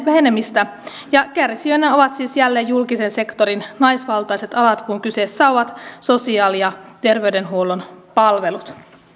vähenemistä ja kärsijöinä ovat siis jälleen julkisen sektorin naisvaltaiset alat kun kyseessä ovat sosiaali ja terveydenhuollon palvelut